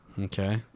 Okay